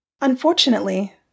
Unfortunately